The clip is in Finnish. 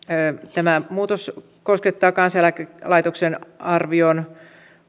tämä muutos koskettaa kansaneläkelaitoksen arvion